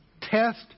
Test